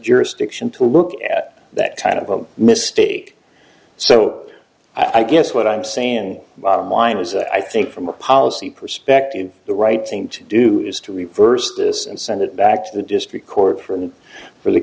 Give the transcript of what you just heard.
jurisdiction to look at that kind of a mistake so i guess what i'm saying bottom line is i think from a policy perspective the right thing to do is to reverse this and send it back to the district court for the for the